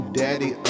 daddy